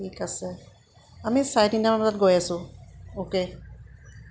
ঠিক আছে আমি চাৰে তিনিটামান বজাত গৈ আছোঁ অ'কে